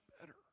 better